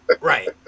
Right